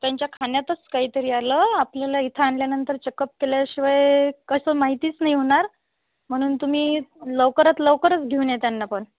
त्यांच्या खाण्यातच काहीतरी आलं आपल्याला इथं आणल्यानंतर चेकअप केल्याशिवाय कसं माहितीच नाही होणार म्हणून तुम्ही लवकरात लवकर घेऊन या त्यांना पण